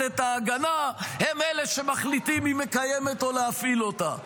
את ההגנה הם אלה שמחליטים אם היא קיימת או להפעיל אותה?